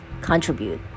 contribute